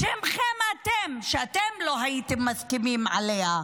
בשמכם אתם, שאתם לא הייתם מסכימים להם.